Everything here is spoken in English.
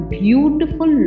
beautiful